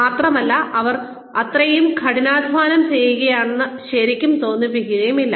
മാത്രമല്ല അവർ അത്രയും കഠിനാധ്വാനം ചെയ്യുകയാണെന്ന് ശരിക്കും തോന്നിപ്പിക്കുമില്ല